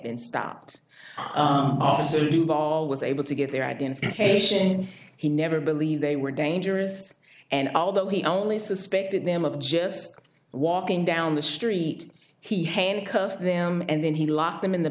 been stopped the law was able to get their identification he never believed they were dangerous and although he only suspected them of just walking down the street he handcuffed them and then he locked them in the